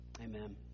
Amen